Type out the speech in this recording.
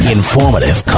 informative